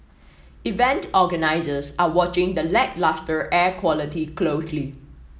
event organisers are watching the lacklustre air quality closely